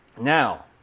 Now